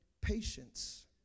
patience